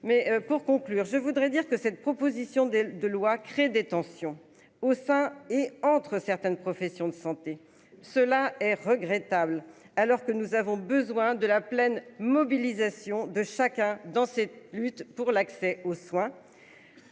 Mais pour conclure, je voudrais dire que cette proposition des de loi crée des tensions au sein et entre certaines professions de santé. Cela est regrettable. Alors que nous avons besoin de la pleine mobilisation de chacun dans cette lutte pour l'accès aux soins.